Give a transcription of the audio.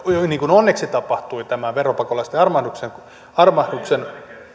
niin kuin onneksi tapahtui tämän veropakolaisten armahduksen